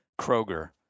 Kroger